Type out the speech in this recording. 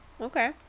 Okay